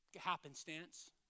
happenstance